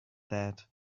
that